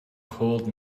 cold